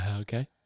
Okay